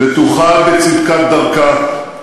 בטוחה בצדקת דרכה,